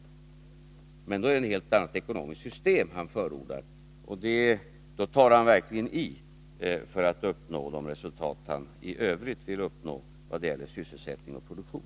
Då förordar han ett helt annat ekonomiskt system och då tar han verkligen i för att uppnå de resultat som han i övrigt vill uppnå i fråga om sysselsättning och produktion.